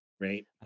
right